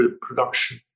production